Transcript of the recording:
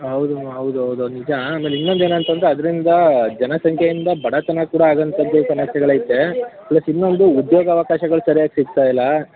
ಹೌದು ಹೌದು ಹೌದು ನಿಜ ಆಮೇಲೆ ಇನ್ನೊಂದು ಏನಂತ ಅಂದರೆ ಅದರಿಂದ ಜನಸಂಖ್ಯೆಯಿಂದ ಬಡತನ ಕೂಡ ಆಗುವಂತದ್ದು ಸಮಸ್ಯೆಗಳು ಐತೆ ಪ್ಲಸ್ ಇನ್ನೊಂದು ಉದ್ಯೋಗ ಅವಕಾಶಗಳು ಸರಿಯಾಗಿ ಸಿಕ್ತಾ ಇಲ್ಲ